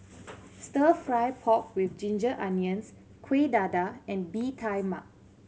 Stir Fry pork with ginger onions Kuih Dadar and Bee Tai Mak